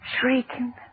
shrieking